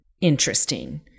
interesting